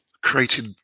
created